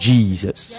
Jesus